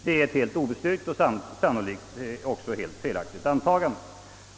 Det är ett helt obestyrkt och sannolikt även helt felaktigt antagande.